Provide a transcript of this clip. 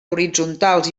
horitzontals